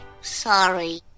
Sorry